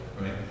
right